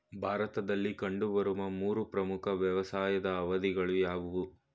ಭಾರತದಲ್ಲಿ ಕಂಡುಬರುವ ಮೂರು ಪ್ರಮುಖ ವ್ಯವಸಾಯದ ಅವಧಿಗಳು ಯಾವುವು?